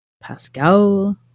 Pascal